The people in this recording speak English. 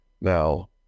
Now